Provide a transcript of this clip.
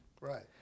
Right